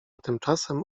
tymczasem